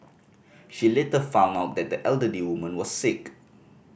she later found out that the elderly woman was sick